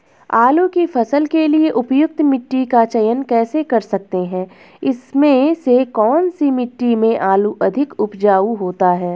आलू की फसल के लिए उपयुक्त मिट्टी का चयन कैसे कर सकते हैं इसमें से कौन सी मिट्टी में आलू अधिक उपजाऊ होता है?